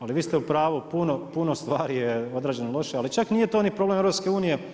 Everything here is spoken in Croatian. Ali vi ste u pravu, puno stvari je obrađeno loše, ali čak nije to ni problem EU.